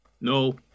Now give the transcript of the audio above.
no